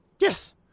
Yes